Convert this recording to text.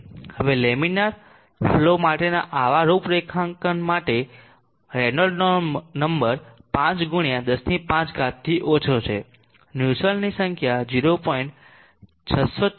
હવે laminar flow માટેના આવા રૂપરેખાંકન માટે રેનોલ્ડનો નંબર 5 ગુણ્યા 105 થી ઓછો છે નુસેલ્ટની સંખ્યા 0